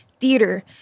theater